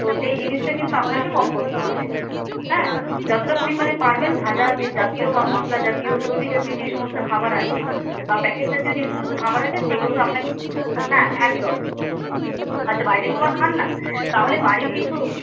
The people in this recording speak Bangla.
তো সেই জিনিসটা কিন্তু আপনাকে কম করতে হবে হ্যাঁ যতটা পরিমাণে পারবেন ভাজা যে জাতীয় বা মশলা জাতীয় চর্বি জাতীয় যে সমস্ত খাবার আছে বা প্যাকেট জাতীয় যে সমস্ত খাবার আছে সেগুলোকে আপনাকে হ্যাঁ একদম আচ্ছা বাইরের খাবার খান না তাহলে বাড়ির কিছু